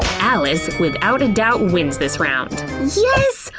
alice, without a doubt wins this round. yes!